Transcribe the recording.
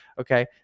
Okay